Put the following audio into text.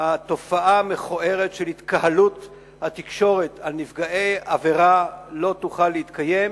התופעה המכוערת של התקהלות התקשורת על נפגעי עבירה לא תוכל להתקיים,